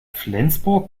flensburg